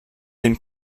dem